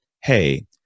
hey